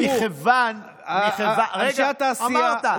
אמרת.